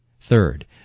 Third